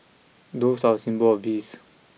doves are a symbol of peace